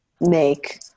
make